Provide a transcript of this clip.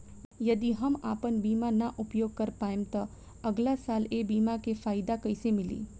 यदि हम आपन बीमा ना उपयोग कर पाएम त अगलासाल ए बीमा के फाइदा कइसे मिली?